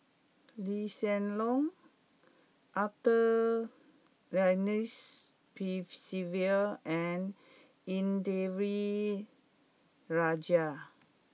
Lee Hsien Loong Arthur Ernest Percival and Indranee Rajah